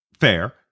fair